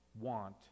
want